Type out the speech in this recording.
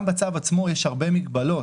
גם בצו יש הרבה מגבלות